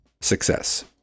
success